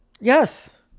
Yes